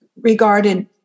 regarded